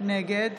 נגד